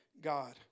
God